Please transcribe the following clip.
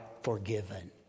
forgiven